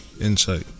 Insight